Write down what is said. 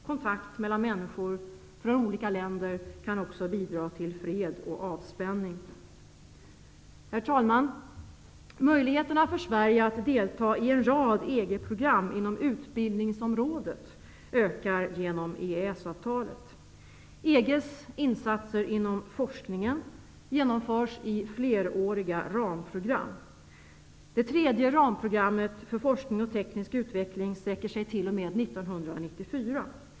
Kontakt mellan människor från olika länder kan också bidra till fred och avspänning. Herr talman! Möjligheterna för Sverige att delta i en rad EG-program inom utbildningsområdet ökar genom EES-avtalet. EG:s insatser inom forskningen genomförs i fleråriga ramprogram. Det tredje ramprogrammet för forskning och teknisk utveckling sträcker sig t.o.m. 1994.